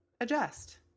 adjust